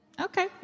Okay